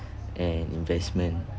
and investment